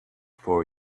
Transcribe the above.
for